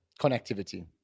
connectivity